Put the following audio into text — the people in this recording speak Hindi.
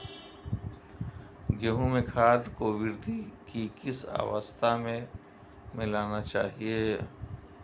गेहूँ में खाद को वृद्धि की किस अवस्था में मिलाना चाहिए?